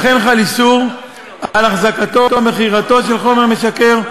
וכן חל איסור על החזקתו של חומר משכר,